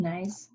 Nice